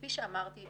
כפי שאמרתי,